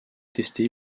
testé